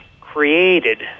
created